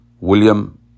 William